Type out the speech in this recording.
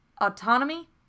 autonomy